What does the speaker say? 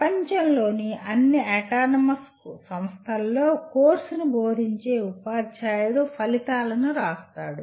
ప్రపంచంలోని అన్ని అటానమస్ సంస్థలలో కోర్సును బోధించే ఉపాధ్యాయుడు ఫలితాలను వ్రాస్తాడు